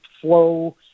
flow